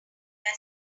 were